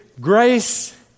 grace